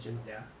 ya